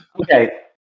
Okay